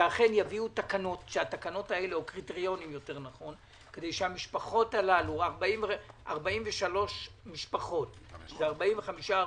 שיביאו תקנות או קריטריונים כדי ש-43 המשפחות של 45 הרוגים,